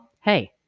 Hey